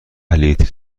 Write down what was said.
لیتر